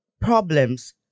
problems